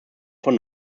von